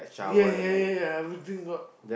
yeah yeah yeah yeah everything got